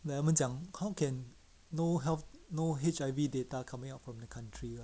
then 他们讲 how can no health no H_I_V data coming out from the country